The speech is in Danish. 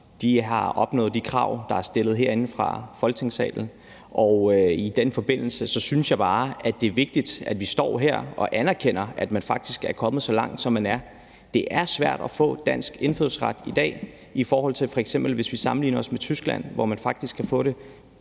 De har opfyldt de krav, der er stillet herinde fra Folketingssalen, og i den forbindelse synes jeg bare, det er vigtigt, at vi står her og anerkender, at man faktisk er kommet så langt, som man er. Det er svært at få dansk indfødsret i dag, i forhold til hvordan det er f.eks. i Tyskland, hvor man faktisk kan få det nærmest